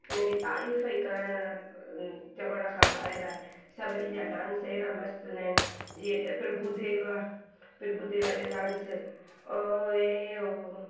हुनजी तारीफ़ करण ई चवण खां ॿाहिरि आहे सभिनी जा डांस एॾा मस्तु हूंदा आहिनि जीअं त प्रभू देवा प्रभू देवा जो डांस ओ ऐ ओ